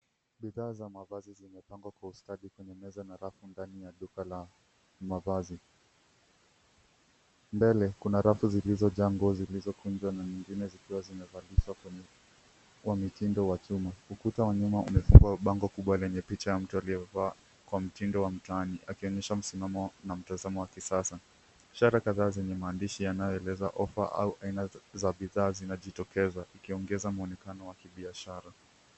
Bidhaa za mavazi zimepangwa kwa ustadi kwenye meza na rafu ndani ya duka la mavazi. Mbele kuna rafu zilizojaa nguo zilizo kunjwa na zingine zimevalishwa kwenye mtindo wa kiume. Ukuta wa nyuma umefungwa kwa bango kubwa lenye mtu anayeva kwa mtindo wa mtaani akionyesha msimamo na mtazamo wa kisasa. Ishara kadhaana zenye maandishi yanayoeleza ofa au aina za bidhaa zinajitokeza ikiongeza muoenekano wa kibiashara.